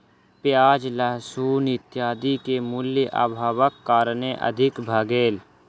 प्याज लहसुन इत्यादि के मूल्य, अभावक कारणेँ अधिक भ गेल